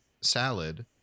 salad